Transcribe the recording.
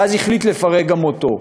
ואז החליט לפרק גם אותו.